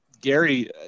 Gary